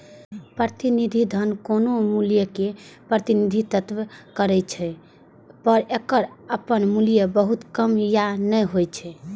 प्रतिनिधि धन कोनो मूल्यक प्रतिनिधित्व करै छै, पर एकर अपन मूल्य बहुत कम या नै होइ छै